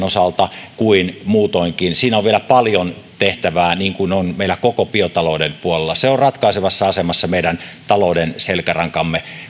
osalta kuin muutoinkin siinä on vielä paljon tehtävää niin kuin on meillä koko biotalouden puolella se on ratkaisevassa asemassa meidän taloutemme selkärangan